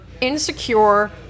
insecure